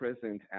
present